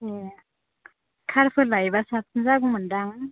ए कारफोर लायोब्ला साबसिन जागौमोनदां